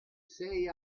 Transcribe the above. sei